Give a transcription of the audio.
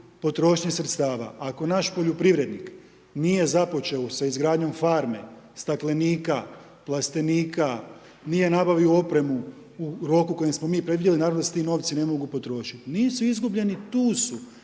potrošnje sredstva. Ako naš poljoprivrednik nije započeo sa izgradnjom farme staklenika, plastenika, nije napravio opremu u roku kojem smo mi predvidjeli, naravno da se ti novci ne mogu potrošiti. Nisu izgubljeni tu su,